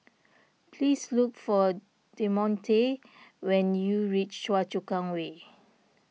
please look for Demonte when you reach Choa Chu Kang Way